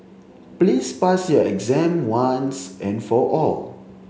please pass your exam once and for all